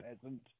peasant